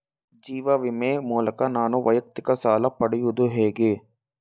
ಜೀವ ವಿಮೆ ಮೂಲಕ ನಾನು ವೈಯಕ್ತಿಕ ಸಾಲ ಪಡೆಯುದು ಹೇಗೆ?